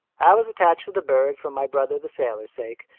i was attached to the bird for my brother the sailor's sake.